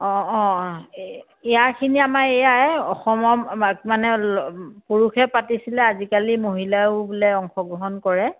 অঁ অঁ এই ইয়াৰখিনি আমাৰ এয়াই অসমৰ অমাক মানে পুৰুষে পাতিছিলে আজিকালি মহিলায়ো বোলে অংশগ্ৰহণ কৰে